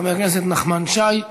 חבר הכנסת נחמן שי,